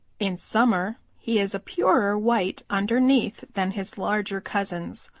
in summer he is a purer white underneath than his larger cousins.